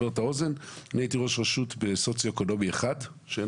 אני הייתי ראש רשות בדירוג סוציואקונומי 1. אין